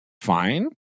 fine